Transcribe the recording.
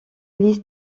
liste